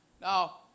Now